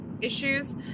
issues